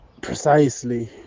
precisely